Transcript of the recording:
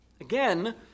Again